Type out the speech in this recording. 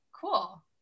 cool